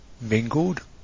mingled